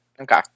okay